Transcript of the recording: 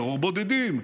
טרור בודדים,